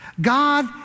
God